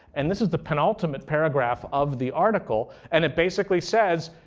and this is the penultimate paragraph of the article, and it basically says,